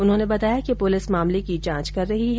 उन्होंने बताया कि प्रलिस मामले की जांच कर रही है